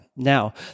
Now